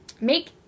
make